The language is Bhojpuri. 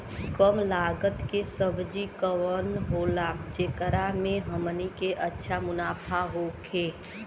कम लागत के सब्जी कवन होला जेकरा में हमनी के अच्छा मुनाफा होखे?